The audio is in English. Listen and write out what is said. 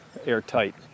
airtight